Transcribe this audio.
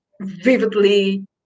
vividly